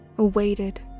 Awaited